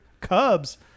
Cubs